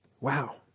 Wow